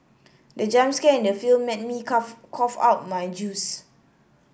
the jump scare in the film made me cough cough out my juice